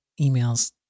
emails